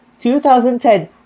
2010